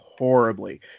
horribly